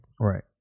Right